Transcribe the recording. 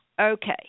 Okay